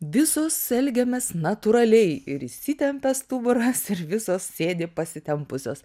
visos elgiamės natūraliai ir įsitempia stuburas ir visos sėdi pasitempusios